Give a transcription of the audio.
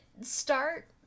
start